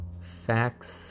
facts